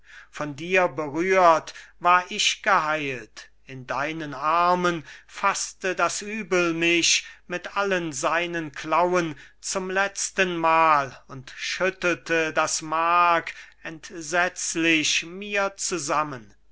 von dir berührt war ich geheilt in deinen armen faßte das übel mich mit allen seinen klauen zum letztenmal und schüttelte das mark entsetzlich mir zusammen